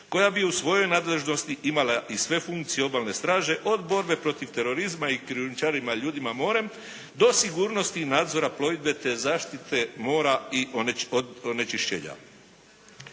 koja bi u svojoj nadležnosti imala i sve funkcije Obalne straže od borbe protiv terorizma i krijumčarenja ljudima morem do sigurnosti i nadzora plovidbe te zaštite mora i onečišćenja.